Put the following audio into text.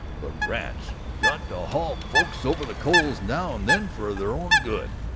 but rats, got to haul folks over the coals now and then for their own good.